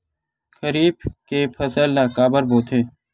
खरीफ के फसल ला काबर बोथे?